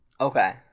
Okay